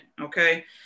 okay